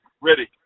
Ready